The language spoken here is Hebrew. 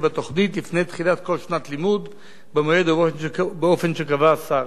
בתוכנית לפני תחילת כל שנת לימוד במועד ובאופן שקבע השר.